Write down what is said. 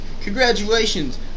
Congratulations